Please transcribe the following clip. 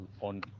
on